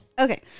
Okay